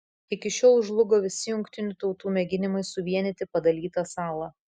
iki šiol žlugo visi jungtinių tautų mėginimai suvienyti padalytą salą